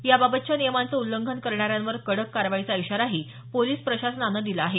याबाबतच्या नियमांचं उल्लंघन करणाऱ्यांवर कडक कारवाईचा इशाराही पोलिस प्रशासनानं दिला आहे